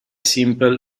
simple